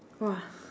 !wah!